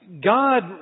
God